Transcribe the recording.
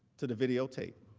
to the videotape.